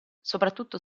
soprattutto